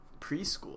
preschool